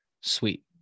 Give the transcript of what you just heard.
Sweet